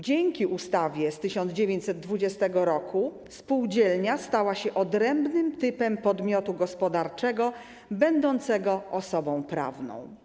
Dzięki ustawie z 1920 roku spółdzielnia stała się odrębnym typem podmiotu gospodarczego będącego osobą prawną.